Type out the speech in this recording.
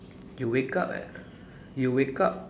you wake up at you wake up